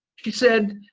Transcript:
she said,